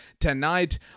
tonight